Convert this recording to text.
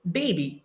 baby